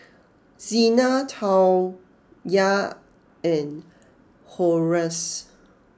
Zina Tawnya and Horace